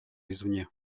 извне